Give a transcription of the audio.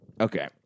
Okay